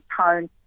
tone